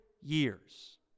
years